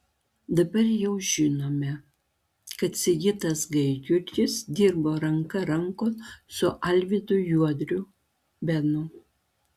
dabar jau žinome kad sigitas gaidjurgis dirbo ranka rankon su alvydu juodriu benu